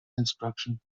construction